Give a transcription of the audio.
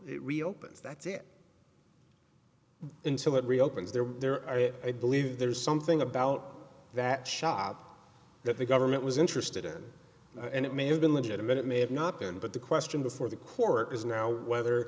it reopens that's it until it reopens there there i believe there's something about that shop that the government was interested in and it may have been legitimate it may have not been but the question before the court is now whether